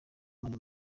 mani